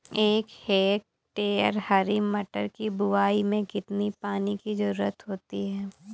एक हेक्टेयर हरी मटर की बुवाई में कितनी पानी की ज़रुरत होती है?